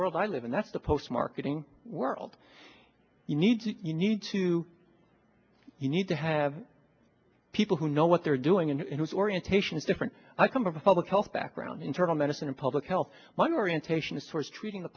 world i live in that's the post marketing world you need to you need to you need to have people who know what they're doing and whose orientation is different i come from a public health background internal medicine and public health my orientation is towards treating the